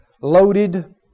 Loaded